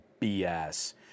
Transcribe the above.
BS